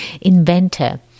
inventor